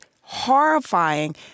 horrifying